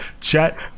Chet